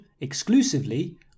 exclusively